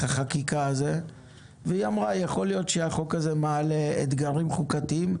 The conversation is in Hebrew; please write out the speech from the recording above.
החקיקה הזה והיא אמרה יכול להיות שהחוק הזה מעלה אתגרים חוקתיים,